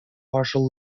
partial